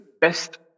best